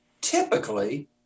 typically